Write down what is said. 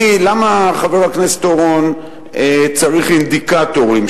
למה חבר הכנסת אורון צריך אינדיקטורים?